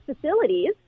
facilities